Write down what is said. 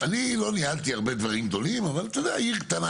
אומנם אני לא ניהלתי הרבה דברים גדולים אבל ניהלתי עיר קטנה,